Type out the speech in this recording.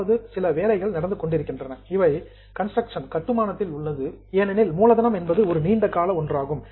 அதாவது சில வேலைகள் நடந்து கொண்டிருக்கின்றன இவை கன்ஸ்டிரக்ஷன் கட்டுமானத்தில் உள்ளது ஏனெனில் மூலதனம் என்பது ஒரு நீண்ட கால ஒன்றாகும்